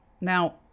Now